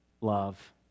love